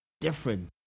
different